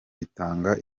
bitanga